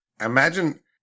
Imagine